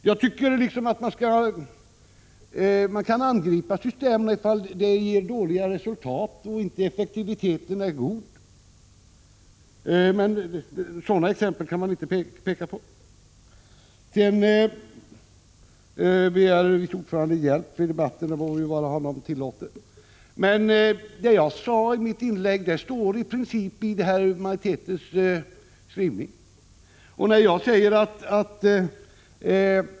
Jag tycker att man kan angripa systemet om det ger dåliga resultat och effektiviteten inte är god, men några exempel på detta kan man inte peka på. Utskottets vice ordförande begärde hjälp i debatten, och det må vara honom tillåtet, men jag vill peka på att det som jag sade i mitt inlägg i princip är detsamma som det som återfinns i majoritetens skrivning.